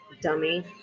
dummy